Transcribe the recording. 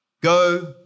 go